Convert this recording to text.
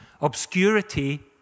obscurity